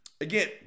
Again